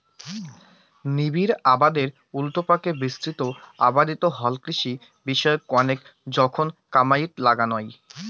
নিবিড় আবাদের উল্টাপাকে বিস্তৃত আবাদত হালকৃষি বিষয়ক কণেক জোখন কামাইয়ত নাগা হই